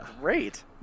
great